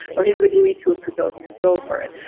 or here's the gui tool to go go for it.